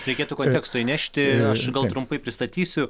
reikėtų konteksto įnešti aš gal trumpai pristatysiu